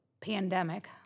pandemic